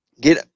get